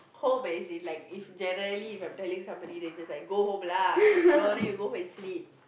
home as in like if generally if I'm telling somebody then just like go home lah you know then you go home and sleep